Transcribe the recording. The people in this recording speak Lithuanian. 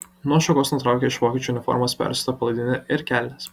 nuo šakos nutraukia iš vokiečių uniformos persiūtą palaidinę ir kelnes